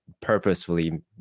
purposefully